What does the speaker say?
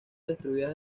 destruidas